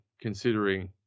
considering